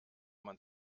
man